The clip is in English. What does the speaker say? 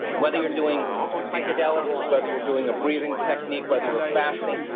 whether you're doing psychedelics, whether you're doing a breathing technique, whether you're fasting,